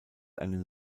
einen